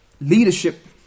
leadership